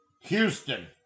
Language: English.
Houston